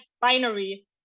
binary